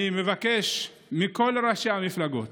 אני מבקש מכל ראשי המפלגות